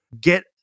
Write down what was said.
Get